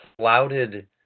clouded